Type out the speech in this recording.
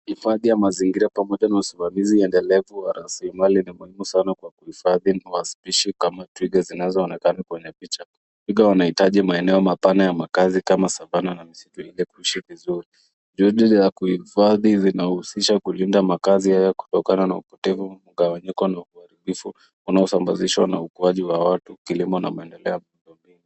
Hifhadi ya mazingira pamoja na usimamizi endelefu wa raseremali ni muhimu sana kwa kuhifhadi species kama twiga zinaoonekana kwenye picha. Twiga wanaitaji maeneo mapana ya makazi kama Savanna na msitu mwingine wa kuishi vizuri. Juhudi ya kuhifhadi zinaushisha kulinda makazi yao kutokana na upotefu mkawanyiko na uaribifu unasambasiswa na ukuaji wa watu, kilimo na maendeleo ya miundobinu.